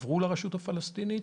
עברו לרשות הפלסטינית,